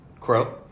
Crow